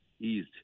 eased